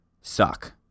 suck